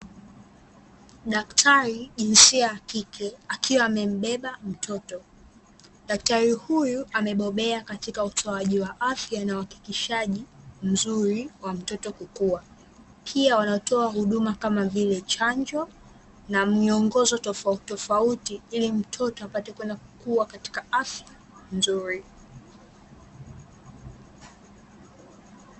Daktari jinsia ya kike akiwa amembeba mtoto. Daktari huyu amebobea katika utoaji wa afya na uhakikishaji mzuri wa mtoto kukua. Pia wanatoa huduma kama vile: chanjo na miongozo tofautitofauti, ili mtoto apate kwenda kukua katika afya nzuri.